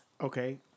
Okay